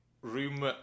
room